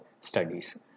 studies